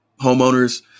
homeowners